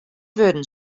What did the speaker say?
wurden